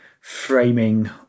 framing